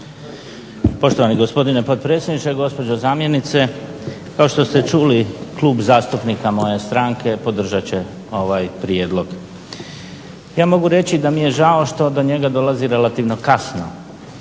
Poštovani gospodine potpredsjedniče, gospođo zamjenice. Kao što ste čuli Klub zastupnika moje stranke podržat će ovaj prijedlog. Ja mogu reći da mi je žao što do njega dolazi relativno kasno